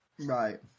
Right